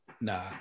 nah